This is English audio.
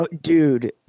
Dude